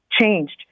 changed